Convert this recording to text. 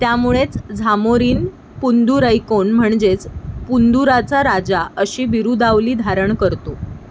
त्यामुळेच झामोरीन पून्दुरैकोन म्हणजेच पून्दुराचा राजा अशी बिरुदावली धारण करतो